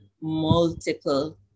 multiple